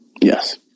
Yes